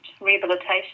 rehabilitation